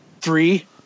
Three